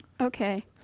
Okay